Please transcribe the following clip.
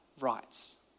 rights